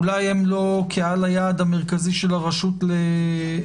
אולי הם לא קהל היעד המרכזי של הרשות לפטנטים,